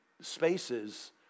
spaces